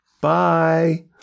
Bye